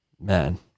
man